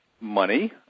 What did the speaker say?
money